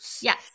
Yes